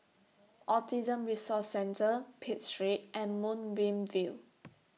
Autism Resource Centre Pitt Street and Moonbeam View